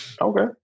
Okay